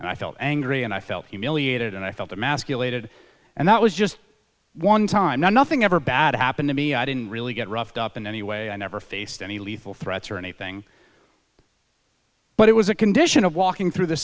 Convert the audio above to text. and i felt angry and i felt humiliated and i felt emasculated and that was just one time nothing ever bad happened to me i didn't really get roughed up in any way i never faced any lethal threats or anything but it was a condition of walking through the